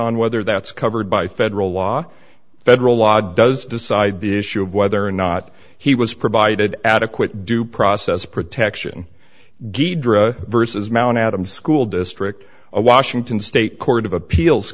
on whether that's covered by federal law federal law does decide the issue of whether or not he was provided adequate due process protection deidre versus mount adams school district of washington state court of appeals